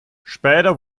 später